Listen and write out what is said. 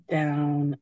down